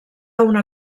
una